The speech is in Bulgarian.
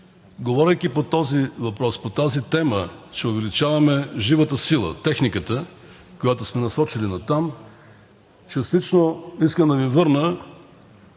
въпрос, по тази тема, че увеличаваме живата сила, техниката, която сме насочили натам, частично искам да Ви върна